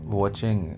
watching